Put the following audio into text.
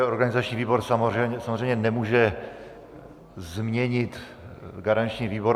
Organizační výbor samozřejmě nemůže změnit garanční výbor.